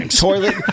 Toilet